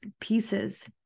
pieces